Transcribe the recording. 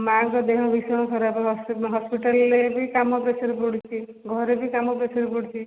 ମାଆଙ୍କ ଦେହ ଭୀଷଣ ଖରାପ ହସ୍ପିଟାଲରେ ବି କାମ ପ୍ରେସର ପଡ଼ୁଛି ଘରେ ବି କାମ ପ୍ରେସର ପଡ଼ୁଛି